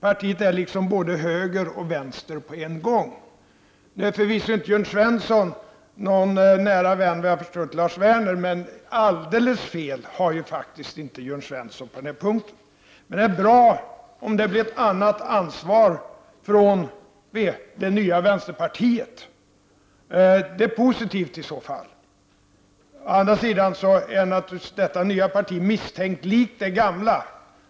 Partiet är liksom både höger och vänster på en gång. Nu är förvisso Jörn Svensson, såvitt jag förstår, inte någon nära vän till Lars Werner, men alldeles fel har faktiskt inte Jörn Svensson på den här punkten. Det är bra om det nya vänsterpartiet visar ett annat ansvar. Å andra sidan är naturligtvis detta nya parti misstänkt likt det gamla.